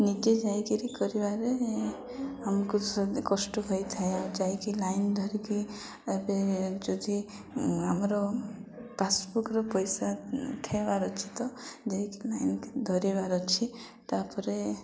ନିଜେ ଯାଇକିରି କରିବାରେ ଆମକୁ କଷ୍ଟ ହୋଇଥାଏ ଆଉ ଯାଇକି ଲାଇନ ଧରିକି ଏବେ ଯଦି ଆମର ପାସ୍ବୁକ୍ର ପଇସା ଉଠେଇବାର ଅଛି ତ ଯାଇକି ଲାଇନ ଧରିବାର ଅଛି ତାପରେ